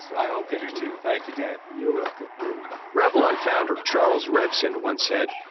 i hope you do too. thank you, dan. you're welcome. revlon founder charles revson once said,